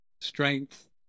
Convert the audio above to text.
strength